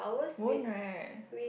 won't right